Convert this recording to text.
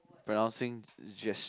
pronouncing gest